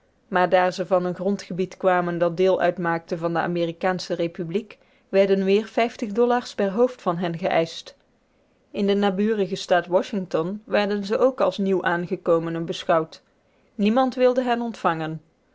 maar daar ze van een grondgebied kwamen dat deel uitmaakte van de amerikaansche republiek werden weer dollars per hoofd van hen geëischt in den naburigen staat washington werden ze ook als nieuw aangekomenen beschouwd niemand wilde hen ontvangen